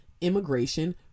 immigration